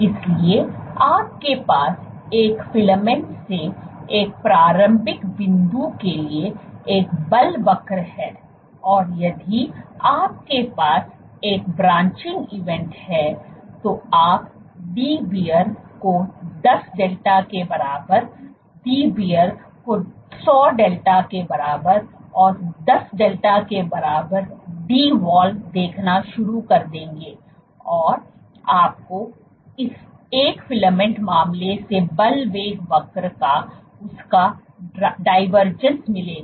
इसलिए आपके पास एक फिलामेंट से एक प्रारंभिक बिंदु के लिए एक बल वक्र है और यदि आपके पास एक ब्रांचिंग इवेंट है तो आप Dbr को 10 डेल्टा के बराबर Dbr को 100 डेल्टा के बराबर और 10 डेल्टा के बराबर Dwall देखना शुरू कर देंगे और आपको इस एक फिलामेंट मामले से बल वेग वक्र का उसका डायवर्जेंस मिलेगा